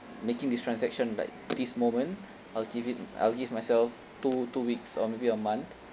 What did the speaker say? making this transaction like this moment I'll give it I'll give myself two two weeks or maybe a month